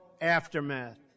aftermath